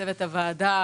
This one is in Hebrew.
לצוות הוועדה,